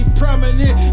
prominent